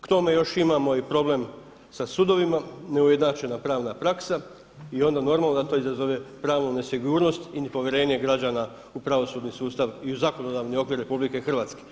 K tome još imamo i problem sa sudovima, neujednačena pravna praksa i onda normalno da to izazove pravnu nesigurnost i nepovjerenje građana u pravosudni sustav i u zakonodavni okvir RH.